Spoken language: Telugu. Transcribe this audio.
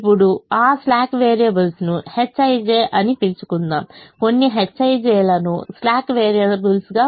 ఇప్పుడు ఆ స్లాక్ వేరియబుల్స్ ను hij అని పిలుచుకుందాం కొన్ని hij లను స్లాక్ వేరియబుల్స్ గా ఉంచుదాం